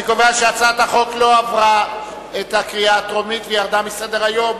אני קובע שהצעת החוק לא עברה את הקריאה הטרומית והיא ירדה מסדר-היום.